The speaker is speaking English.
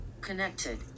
Connected